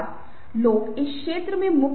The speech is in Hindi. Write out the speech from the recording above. पहला ओरिएंटेशन है